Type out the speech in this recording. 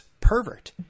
pervert